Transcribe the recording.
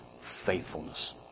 faithfulness